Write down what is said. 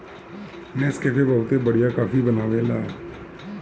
Nescafe बहुते बढ़िया coffee बनावेला